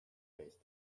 based